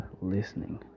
listening